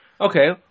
Okay